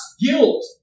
guilt